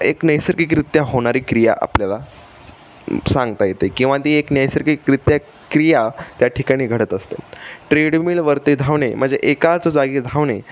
एक नैसर्गिकरित्या होणारी क्रिया आपल्याला सांगता येते किंवा ती एक नैसर्गिकरित्या क्रिया त्या ठिकाणी घडत असते ट्रेडमिलवरती धावणे म्हणजे एकाच जागी धावणे